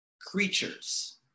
creatures